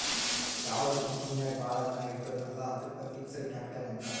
ಯಾವ್ದು ಕಂಪನಿ ನಾಗ್ ಭಾಳ ದಿನ ಇರ್ತುದ್ ಅಲ್ಲಾ ಅದ್ದುಕ್ ಫಿಕ್ಸಡ್ ಕ್ಯಾಪಿಟಲ್ ಅಂತಾರ್